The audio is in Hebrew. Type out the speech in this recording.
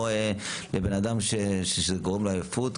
או לבן אדם שזה גורם לעייפות,